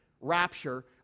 rapture